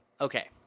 okay